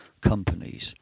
companies